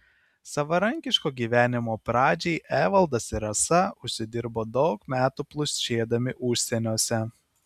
savarankiško gyvenimo pradžiai evaldas ir rasa užsidirbo daug metų plušėdami užsieniuose